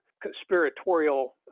conspiratorial